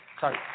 Sorry